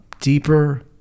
deeper